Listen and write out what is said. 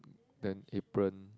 then apron